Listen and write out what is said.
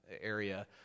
area